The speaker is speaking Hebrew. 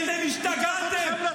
אתם מצביעים בעד הערבים.